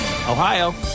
Ohio